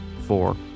four